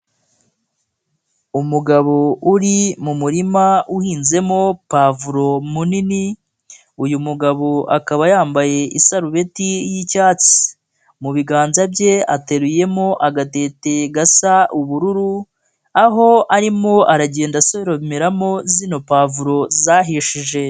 Umugabo uri mu murima uhinzemo pavuro munini, uyu mugabo akaba yambaye isarubeti y'icyatsi, mu biganza bye ateruyemo agatete gasa ubururu, aho arimo aragenda asoremeramo z'ino pavuro zahishije.